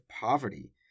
poverty